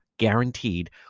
guaranteed